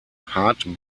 hard